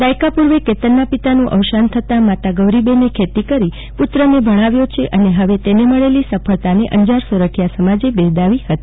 દાયકા પુર્વે કેતનના પિતાનું અવસાન થતા માતા ગૌરીબહેને ખેતી કરી પુત્રને ભણાવ્યો છે અને હવે તેમને મળેલી ઝળફળતી સફળતા બદલ અંજાર સોરઠીયા સમાજે બિરદાવી હતી